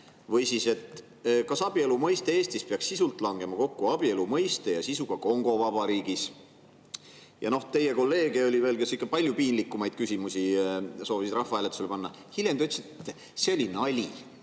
või kas abielu mõiste Eestis peaks sisult langema kokku abielu mõiste ja sisuga Kongo Vabariigis. Ja teie kolleege oli veel, kes ikka palju piinlikumaid küsimusi soovisid rahvahääletusele panna. Hiljem te ütlesite, et see oli nali,